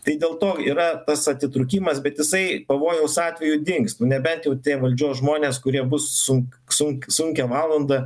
tai dėl to yra tas atitrūkimas bet jisai pavojaus atveju dingsta nebent jau tie valdžios žmonės kurie bus sunk sunk sunkią valandą